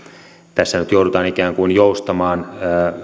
tässä nyt joudutaan ikään kuin joustamaan